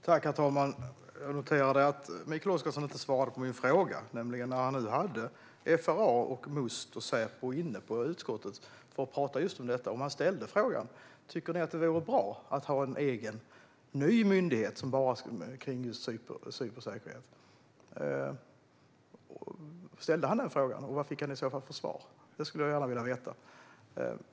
Herr talman! Jag noterade att Mikael Oscarsson inte svarade på min fråga: När han nu hade FRA, Must och Säpo i utskottet för att tala om just detta, frågade han då om de tycker att det vore bra att ha en egen, ny myndighet som bara skulle hantera cybersäkerhet? Ställde han den frågan, och vad fick han i så fall för svar? Det skulle jag gärna vilja veta.